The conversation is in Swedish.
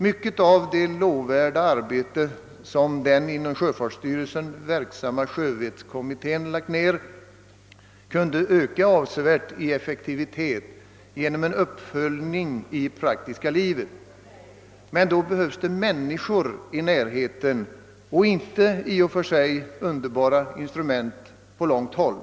Mycket av det lovvärda arbete, som den inom sjöfartsstyrelsen verksamma sjövettskommittén lagt ned, kunde öka avsevärt i effektivitet genom en uppföljning i det praktiska livet, men då behövs det människor i närheten och inte bara i och för sig underbara instrument på långt håll.